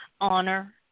honor